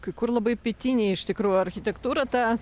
kai kur labai pietinė iš tikrųjų architektūra ta